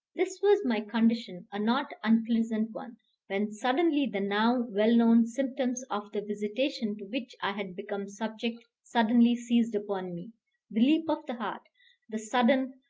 this was my condition a not unpleasant one when suddenly the now well-known symptoms of the visitation to which i had become subject suddenly seized upon me the leap of the heart the sudden,